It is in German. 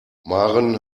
maren